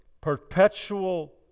perpetual